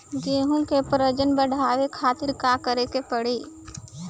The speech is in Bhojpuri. गेहूं के प्रजनन बढ़ावे खातिर का करे के पड़ी?